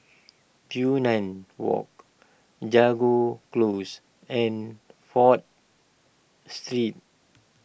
Walk Jago Close and Fourth Street